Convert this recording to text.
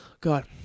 God